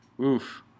oof